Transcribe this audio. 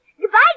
Goodbye